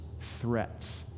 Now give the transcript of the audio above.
threats